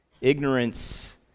Ignorance